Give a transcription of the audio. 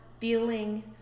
feeling